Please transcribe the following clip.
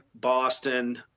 Boston